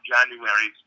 January